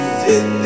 sit